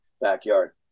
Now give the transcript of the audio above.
backyard